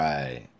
Right